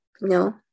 No